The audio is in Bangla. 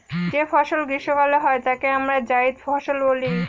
যে ফসল গ্রীস্মকালে হয় তাকে আমরা জাইদ ফসল বলি